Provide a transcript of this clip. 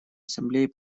ассамблеи